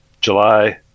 july